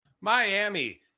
Miami